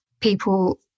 people